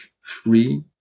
free